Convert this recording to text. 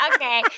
Okay